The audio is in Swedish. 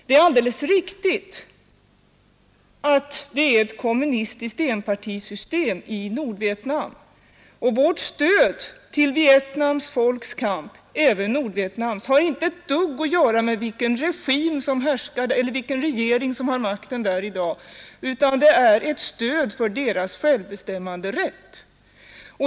Det är alldeles riktigt att det är ett kommunistiskt enpartisystem i Nordvietnam, men vårt stöd till Vietnams folks kamp, även Nordvietnams, har inte ett dugg att göra med vilken regering som har makten där i dag, utan det är ett stöd för deras självbestämmanderätt.